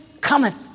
cometh